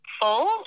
fold